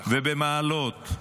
ובמעלות,